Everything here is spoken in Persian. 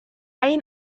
این